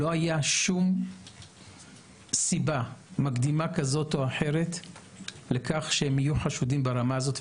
לא היה שום סיבה מקדימה כזאת או אחרת לכך שהם יהיו חשודים ברמה הזאת,